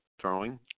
throwing